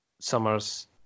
Summer's